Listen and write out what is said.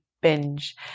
binge